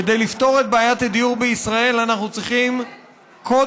כדי לפתור את בעיית הדיור בישראל אנחנו צריכים קודם